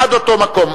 עד אותו מקום.